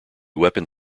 weapon